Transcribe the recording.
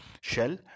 shell